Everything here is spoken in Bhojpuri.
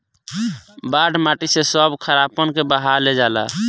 बाढ़ माटी से सब खारापन के बहा ले जाता